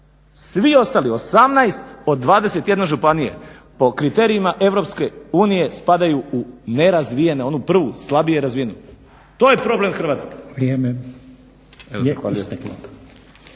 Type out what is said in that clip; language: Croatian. Svi ostali 18 od 21 županije po kriterijima EU spadaju u nerazvijene, onu prvu slabije razvijenu. To je problem Hrvatske.